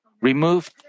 remove